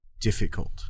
difficult